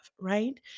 right